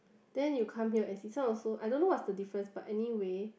then you come here and see so also I don't know what's the difference but anyway